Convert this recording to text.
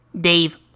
Dave